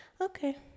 okay